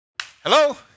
Hello